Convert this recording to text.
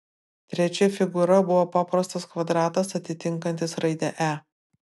trečia figūra buvo paprastas kvadratas atitinkantis raidę e